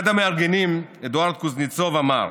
אחד המארגנים, אדוארד קוזניצוב, אמר: